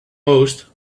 most